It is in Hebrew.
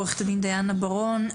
עו"ד דיאנה בארון,